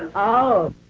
oh